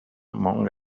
among